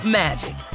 magic